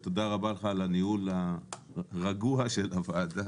ותודה רבה לך על הניהול הרגוע של הוועדה.